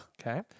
Okay